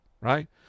right